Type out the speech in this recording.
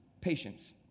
patience